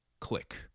click